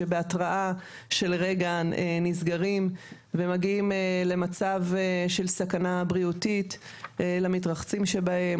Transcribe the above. שבהתראה של רגע נסגרים ומגיעים למצב של סכנה בריאותית למתרחצים שבהם,